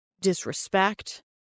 disrespect